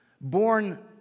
born